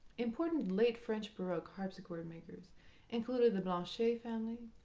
important late french baroque harpsichord makers including the blanchet family,